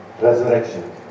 resurrection